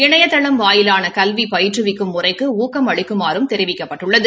இணையதளம் வாயிலான கல்வி பயிற்றுவிக்கும் முறைக்கு ஊக்கம் அளிக்குமாறும் தெரிவிக்கப்பட்டுள்ளது